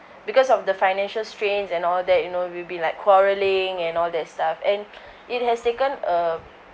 because of the financial strains and all that you know we'll be like quarrelling and all that stuff and it has taken a